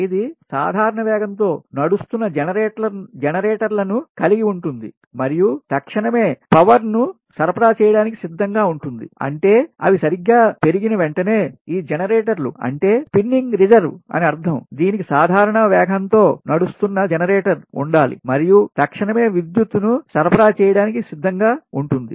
ఇది సాధారణ వేగం తో నడుస్తున్న జనరేటర్లను కలిగి ఉంటుంది మరియు తక్షణమే పవర్ విద్యుత్తు ను సరఫరా చేయడానికి సిద్ధంగా ఉంటుంది అంటే అవి సరిగ్గా పెరిగిన వెంటనే ఈ జనరేటర్లు అంటే స్పిన్నింగ్ రిజర్వ్ అని అర్ధం దీనికి సాధారణ వేగంతో నడుస్తున్న జనరేటర్ ఉండాలి మరియు తక్షణమే విద్యుత్తును సరఫరా చేయడానికి సిద్ధంగా ఉంటుంది